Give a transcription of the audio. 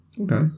okay